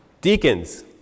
Deacons